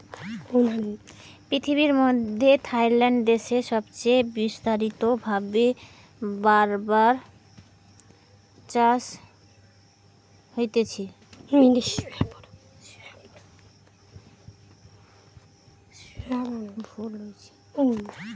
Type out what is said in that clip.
পৃথিবীর মধ্যে থাইল্যান্ড দেশে সবচে বিস্তারিত ভাবে রাবার চাষ করা হতিছে